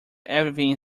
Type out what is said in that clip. everything